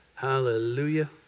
Hallelujah